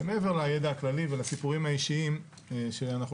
מעבר לידע הכללי ולסיפורים האישיים שאנחנו